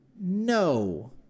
No